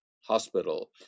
hospital